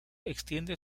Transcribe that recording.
extiende